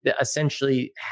essentially